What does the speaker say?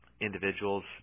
individual's